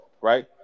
right